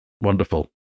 wonderful